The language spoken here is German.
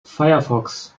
firefox